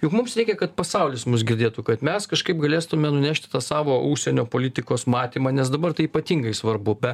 juk mums reikia kad pasaulis mus girdėtų kad mes kažkaip galėtume nunešti tą savo užsienio politikos matymą nes dabar tai ypatingai svarbu be